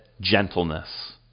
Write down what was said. gentleness